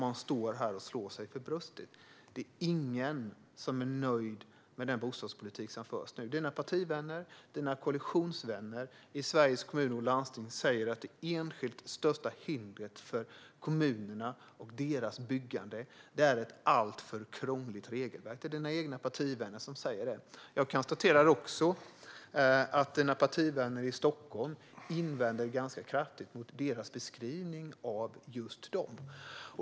Man står här och slår sig för bröstet, men det är ingen som är nöjd med den bostadspolitik som förs. Dina partivänner och dina koalitionsvänner i Sveriges Kommuner och Landsting säger att det enskilt största hindret för kommunerna och deras byggande är ett alltför krångligt regelverk. Det är dina egna partivänner som säger det. Jag konstaterar också att dina partivänner i Stockholm invänder ganska kraftigt mot beskrivningen av dem.